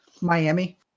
Miami